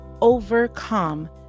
overcome